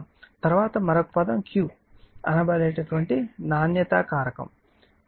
తరువాత మరొక పదం Q అని పిలువబడే నాణ్యత కారకాన్ని మనము నిర్వచించాము